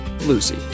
Lucy